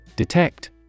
Detect